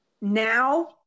now